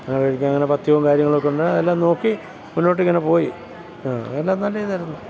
അത് കഴിക്കും അങ്ങനെ പഥ്യവും കാര്യങ്ങളും ഒക്കെ ഉണ്ട് അതെല്ലാം നോക്കി മുന്നോട്ടിങ്ങനെ പോയി അതെല്ലാം നല്ല ഇതായിരുന്നു